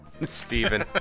Stephen